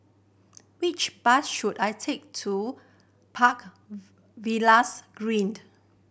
which bus should I take to Park Villas Green